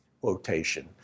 quotation